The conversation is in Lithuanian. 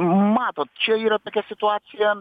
matot čia yra tokia situacija